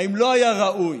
האם לא היה ראוי